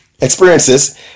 experiences